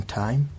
time